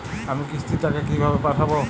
আমি কিস্তির টাকা কিভাবে পাঠাব?